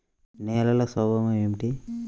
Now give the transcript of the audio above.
నేలల స్వభావం ఏమిటీ?